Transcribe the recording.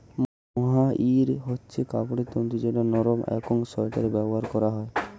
mohair হচ্ছে কাপড়ের তন্তু যেটা নরম একং সোয়াটারে ব্যবহার করা হয়